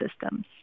systems